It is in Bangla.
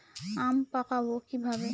আম পাকাবো কিভাবে?